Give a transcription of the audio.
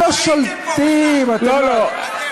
אף אחד לא היה,